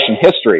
history